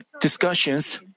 discussions